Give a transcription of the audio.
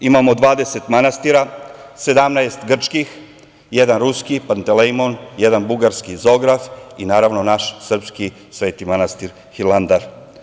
Imamo 20 manastira, 17 grčkih, jedan ruski, Pantelejmon, jedan bugarski Zograf, i naravno naš, srpski Sveti manastir Hilandar.